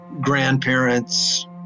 grandparents